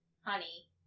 honey